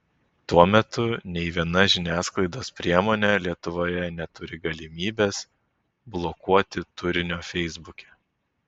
tuo metu nei viena žiniasklaidos priemonė lietuvoje neturi galimybės blokuoti turinio feisbuke